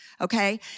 okay